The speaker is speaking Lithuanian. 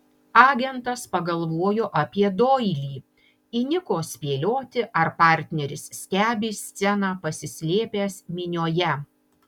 agentas pagalvojo apie doilį įniko spėlioti ar partneris stebi sceną pasislėpęs minioje